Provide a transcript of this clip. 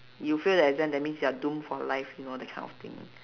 you fail the exam that means you are doomed for life you know that kind of thing